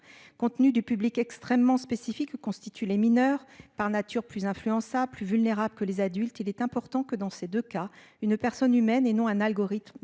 compte tenu du public extrêmement spécifique constituent les mineurs par nature plus influençables, plus vulnérables que les adultes. Il est important que dans ces 2 cas, une personne humaine et non un algorithme